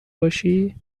باشی